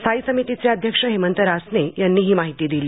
स्थायी समितीचे अध्यक्ष हेमंत रासने यांनी ही माहिती दिली